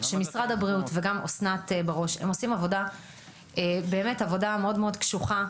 שמשרד הבריאות ואסנת בראש הם עושים באמת עבודה מאוד-מאוד קשוחה,